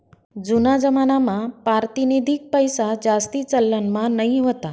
जूना जमानामा पारतिनिधिक पैसाजास्ती चलनमा नयी व्हता